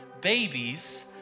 babies